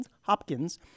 hopkins